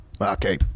Okay